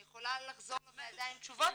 אני יכולה לחזור לוועדה עם תשובות.